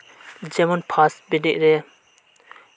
ᱡᱮᱢᱚᱱ ᱯᱷᱟᱥᱴ ᱵᱮᱨᱮᱫ ᱨᱮ